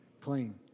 Clean